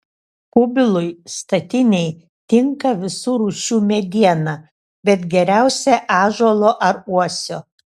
kubilui statinei tinka visų rūšių mediena bet geriausia ąžuolo ar uosio